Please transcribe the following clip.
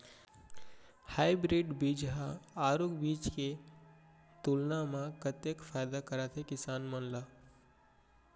Hybrid बीज हा आरूग बीज के तुलना मा कतेक फायदा कराथे किसान मन ला?